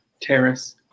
Terrace